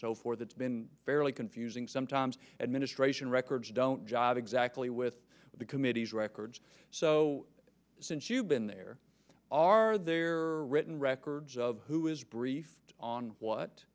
so forth it's been fairly confusing sometimes administration records don't job exactly with the committee's records so since you've been there are there are written records of who was briefed on what